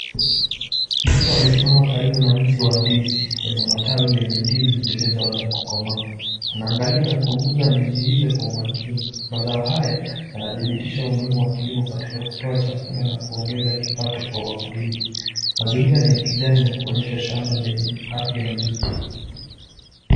Mtu amesimama karibu na mti wa ndizi wenye matawi wenye ndizi zilizoanza kukomaa, anaangalia na kuguza ndizi hizo kwa makini. Mazao haya yanadhibitisha umuhimu wa kilimo katika kutoa chakula na kuongeza kipato kwa wakulima. Mazingira niya kijani na kuonyesha shamba lenye afya nzuri.